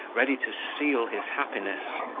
ready to seal his happiness.